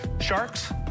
Sharks